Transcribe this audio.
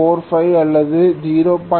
45 அல்லது 0